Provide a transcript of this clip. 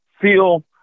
feel